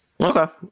Okay